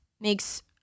makes